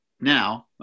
now